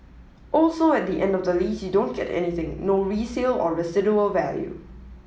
also at the end of the lease you don't get anything no resale or residual value